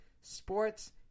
sports